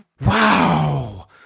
wow